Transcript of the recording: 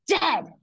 dead